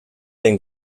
denn